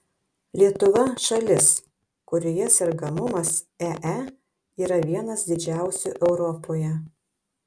lietuva šalis kurioje sergamumas ee yra vienas didžiausių europoje